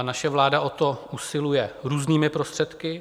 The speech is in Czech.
Naše vláda o to usiluje různými prostředky.